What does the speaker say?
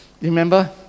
Remember